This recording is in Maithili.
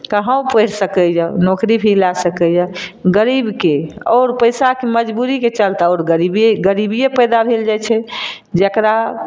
कहौ पढ़ि सकैये नौकरी भी लै सकैये गरीबके आओर पैसाके मजबूरीके चलते आओर गरीबी गरीबीए पैदा भेल जाइ छै जेकरा